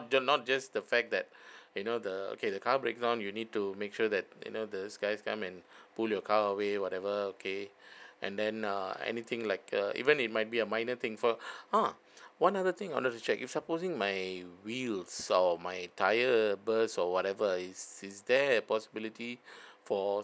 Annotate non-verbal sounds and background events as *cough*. j~ not just the fact that *breath* you know the okay the car break down you need to make sure that you know those guys come and pull your car away whatever okay *breath* and then err anything like uh even it might be a minor thing for *breath* oh one other thing I wanted to check if supposing my wheels or my tire burst or whatever is is there a possibility *breath* for